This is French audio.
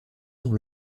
dans